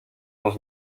dans